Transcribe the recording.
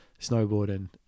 snowboarding